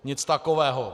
Nic takového.